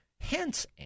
Hence